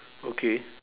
okay